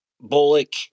Bullock